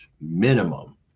minimum